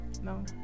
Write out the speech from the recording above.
No